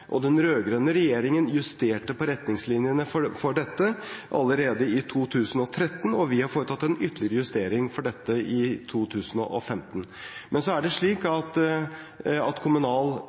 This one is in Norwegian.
Den rød-grønne regjeringen justerte retningslinjene for dette allerede i 2013, og vi har foretatt en ytterligere justering av dette i 2015. Kommunal- og forvaltningskomiteen har påpekt at